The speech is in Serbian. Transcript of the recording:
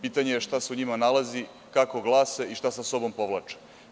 Pitanje je šta se u njima nalazi, kako glase i šta sa sobom povlače.